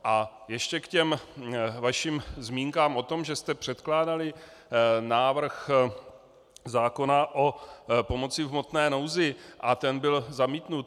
A ještě k těm vašim zmínkám o tom, že jste předkládali návrh zákona o pomoci v hmotné nouzi a ten byl zamítnut.